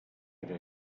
era